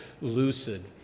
lucid